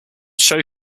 show